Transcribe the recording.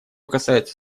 касается